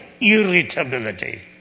irritability